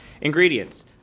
Ingredients